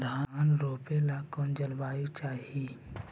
धान रोप ला कौन जलवायु चाही?